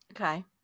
okay